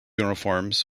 uniforms